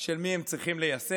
של מי הם צריכים ליישם.